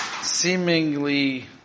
seemingly